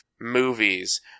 movies